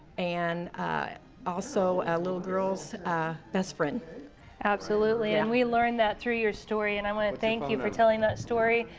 and also, a little girl's best friend. ke'an absolutely. and we learned that through your story. and i want to thank you for telling that story.